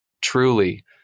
truly